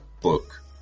book